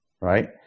right